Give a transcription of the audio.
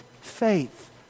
faith